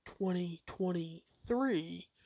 2023